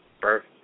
birth